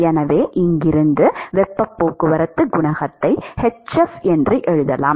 எனவே இங்கிருந்து வெப்பப் போக்குவரத்துக் குணகத்தை kf என எழுதலாம்